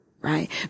Right